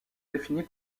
définies